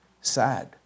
sad